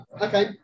Okay